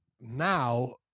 now